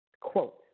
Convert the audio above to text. quote